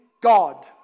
God